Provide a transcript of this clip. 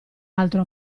altro